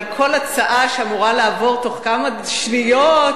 על כל הצעה שאמורה לעבור בתוך כמה שניות,